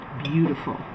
beautiful